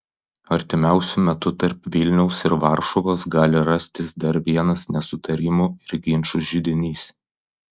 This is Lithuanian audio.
artimiausiu metu tarp vilniaus ir varšuvos gali rastis dar vienas nesutarimų ir ginčų židinys